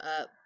up